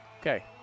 Okay